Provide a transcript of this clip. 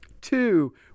two